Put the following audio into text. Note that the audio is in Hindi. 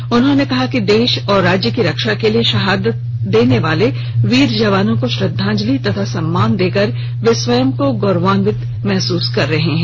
मुख्यमंत्री ने कहा कि देश और राज्य की रक्षा के लिए शहादत देने वाले वीर जवानों को श्रद्धांजलि तथा सम्मान देकर वे स्वयं को गौरवान्वित महसूस करते हैं